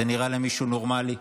זה נראה למישהו נורמלי?